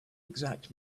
exact